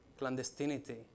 clandestinity